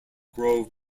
grove